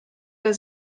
der